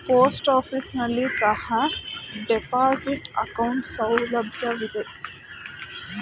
post office ನಲ್ಲಿ ಸಹ deposit account ಸೌಲಭ್ಯವಿದೆ